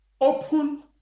Open